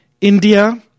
India